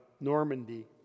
Normandy